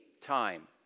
time